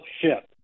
Ship